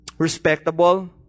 respectable